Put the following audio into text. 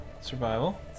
Survival